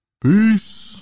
peace